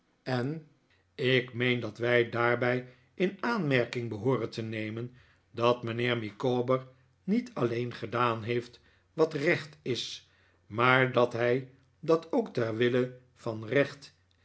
en ik meen dat wij daarbij in aanmerking behooren te nemen dat mijnheer micawber niet alleen gedaan heeft wat recht is maar dat hij dat ook ter wille van recht